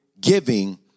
giving